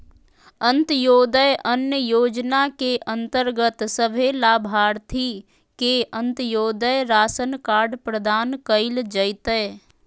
अंत्योदय अन्न योजना के अंतर्गत सभे लाभार्थि के अंत्योदय राशन कार्ड प्रदान कइल जयतै